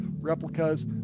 replicas